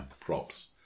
props